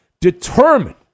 Determined